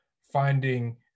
finding